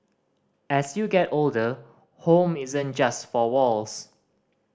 as you get older home isn't just four walls